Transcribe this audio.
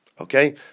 Okay